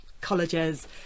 colleges